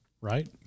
right